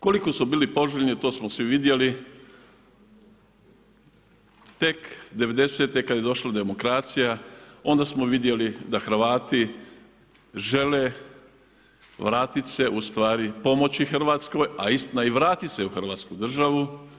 Koliko su bili poželjni to smo svi vidjeli, tek '90. kad je došla demokracija, onda smo vidjeli da Hrvati žele vratit se, ustvari pomoći Hrvatskoj, a i vratit se u Hrvatsku državu.